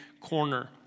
corner